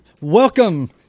welcome